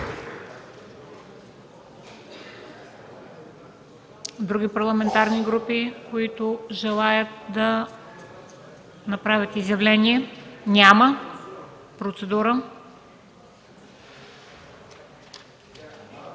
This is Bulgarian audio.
Други парламентарни групи, които желаят да направят изявление? Няма.